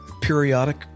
periodic